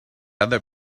other